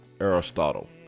Aristotle